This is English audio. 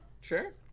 Sure